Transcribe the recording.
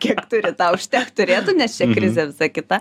kiek turi tau užtekt turėtų nes čia krizė visa kita